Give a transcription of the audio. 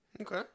Okay